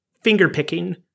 finger-picking